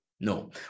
No